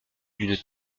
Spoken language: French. d’une